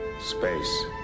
space